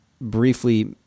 briefly